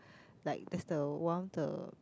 like that's the one a